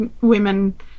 women